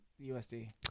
USD